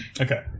Okay